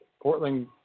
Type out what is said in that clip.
Portland